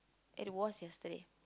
it was yesterday